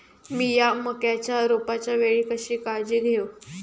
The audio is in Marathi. मीया मक्याच्या रोपाच्या वेळी कशी काळजी घेव?